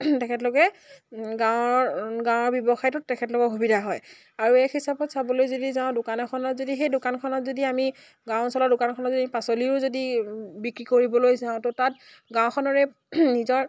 তেখেতলোকে গাঁৱৰ গাঁৱৰ ব্যৱসায়টোত তেখেতলোকৰ সুবিধা হয় আৰু এক হিচাপত চাবলৈ যদি যাওঁ দোকান এখনত যদি সেই দোকানখনত যদি আমি গাঁও অঞ্চলৰ দোকানখনত যদি পাচলিও যদি বিক্ৰী কৰিবলৈ যাওঁ ত' তাত গাঁওখনেৰে নিজৰ